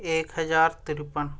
ایک ہزار ترپن